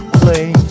play